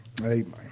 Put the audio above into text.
Amen